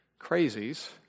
crazies